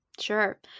Sure